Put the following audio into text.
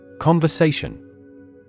Conversation